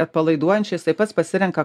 atpalaiduojančiai jisai pats pasirenka